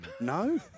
no